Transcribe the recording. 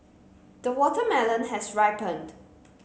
the watermelon has ripened